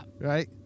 Right